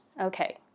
okay